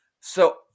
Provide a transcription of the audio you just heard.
So-